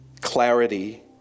clarity